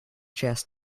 chess